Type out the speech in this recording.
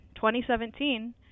2017